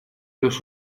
los